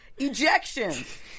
Ejections